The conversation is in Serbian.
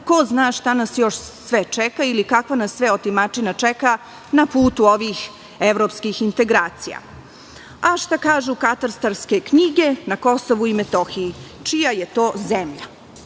ko zna šta nas još sve čeka i kakva nas sve otimačina čeka na putu ovih evropskih integracija. Šta kažu katastarske knjige na KiM, čija je to zemlja?